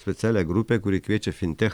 specialią grupę kuri kviečia fintech